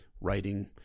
writing